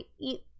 eat